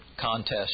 contest